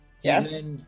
Yes